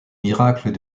miracles